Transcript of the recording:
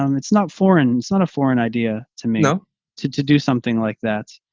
um it's not foreign. it's not a foreign idea to me um to to do something like that.